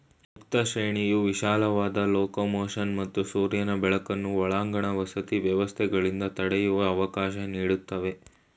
ಮುಕ್ತ ಶ್ರೇಣಿಯು ವಿಶಾಲವಾದ ಲೊಕೊಮೊಷನ್ ಮತ್ತು ಸೂರ್ಯನ ಬೆಳಕನ್ನು ಒಳಾಂಗಣ ವಸತಿ ವ್ಯವಸ್ಥೆಗಳಿಂದ ತಡೆಯುವ ಅವಕಾಶ ನೀಡ್ತವೆ